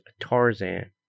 Tarzan